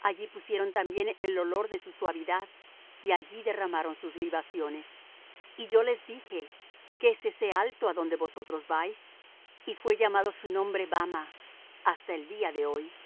allí pusieron también él olor de su suavidad y allí derramaron sus libaciones y yo les dije qué es ese alto adonde vosotros vais y fué llamado su nombre bamah hasta el día de hoy